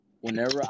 whenever